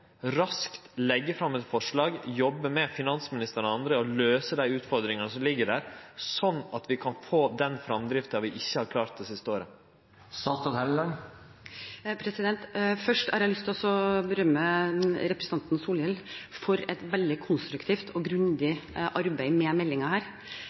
raskt leggje fram eit forslag, jobbe med finansministeren og andre og løyse dei utfordringane som ligg der, sånn at vi kan få den framdrifta vi ikkje har klart det siste året? Først har jeg lyst til å berømme representanten Solhjell for et veldig konstruktivt og grundig arbeid med meldingen her.